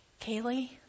Kaylee